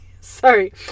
Sorry